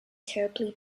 terribly